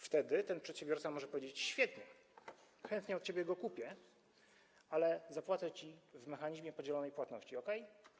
Wtedy ten przedsiębiorca może powiedzieć: świetnie, chętnie od ciebie go kupię, ale zapłacę ci w mechanizmie podzielonej płatności, okej?